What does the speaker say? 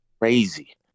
crazy